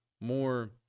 more